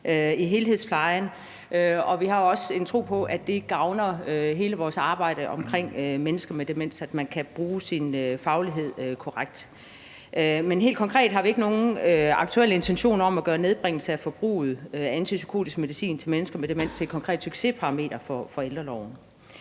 i helhedsplejen. Vi har også en tro på, at det gavner hele vores arbejde med mennesker med demens, at man kan bruge sin faglighed korrekt. Men aktuelt har vi ikke nogen konkrete intentioner om at gøre nedbringelse af forbruget af antipsykotisk medicin hos mennesker med demens til et konkret succesparameter for ældreloven.